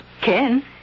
Ken